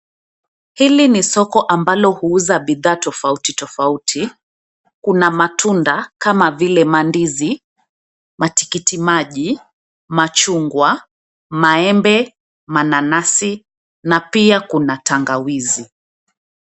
Hili ni soko ambalo huuza bidhaa tofauti tofauti. Kuna matunda kama vile, mandizi, matikiti maji, machungwa, maembe, mananasi na pia kuna tangawizi.